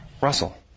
Russell